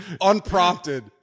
unprompted